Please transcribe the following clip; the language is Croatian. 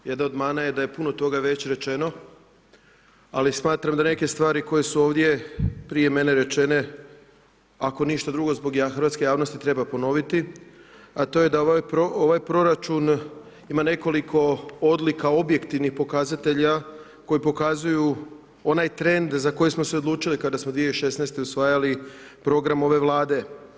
Jedna od mana je da je puno toga već rečeno, ali smatram da neke stvari koje su ovdje prije mene rečene, ako ništa drugo, zbog hrvatske javnosti treba ponoviti, a to je da ovaj proračun ima nekoliko odlika, objektivnih pokazatelja, koji pokazuju onaj trend, za koji smo se odlučili, kada smo 2016. usvajali program ove vlade.